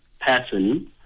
person